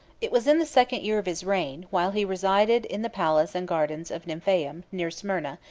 it was in the second year of his reign, while he resided in the palace and gardens of nymphaeum, near smyrna,